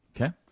Okay